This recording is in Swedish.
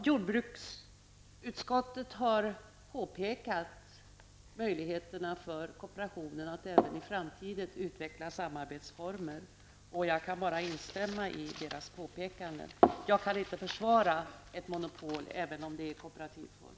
Jordbruksutskottet har, Per-Ola Eriksson, påpekat möjligheterna för kooperationen att även i framtiden utveckla samarbetsformer. Jag kan bara instämma i deras påpekande. Jag kan inte försvara ett monopol, även om det är i kooperativ form.